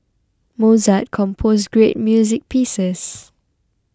Mozart composed great music pieces